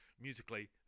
musically